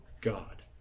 God